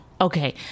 Okay